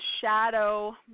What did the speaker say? shadow